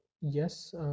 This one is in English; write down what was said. yes